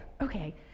okay